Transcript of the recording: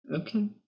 okay